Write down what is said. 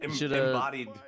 Embodied